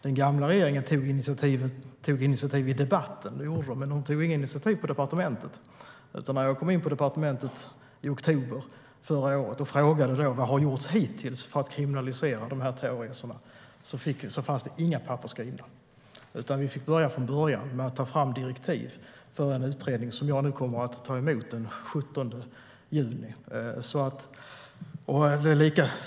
Den gamla regeringen tog initiativ i debatten, men den tog inget initiativ på departementet. När jag kom in på departementet i oktober förra året och frågade vad som hade gjorts hittills för att kriminalisera terrorresorna fanns inga papper skrivna. Vi fick börja från början med att ta fram direktiv för en utredning, som jag nu kommer att ta emot den 17 juni.